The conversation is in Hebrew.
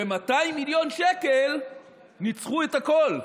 ו-200 מיליון ניצחו את הכול.